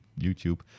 youtube